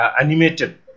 animated